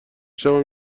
شبم